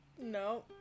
No